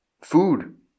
food